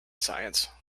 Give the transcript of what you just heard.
science